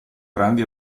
grandi